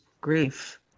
grief